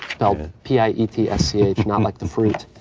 spelled p i e t s c h, not like the fruit,